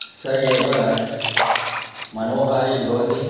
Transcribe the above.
सा एव मनोहारी भवति